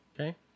Okay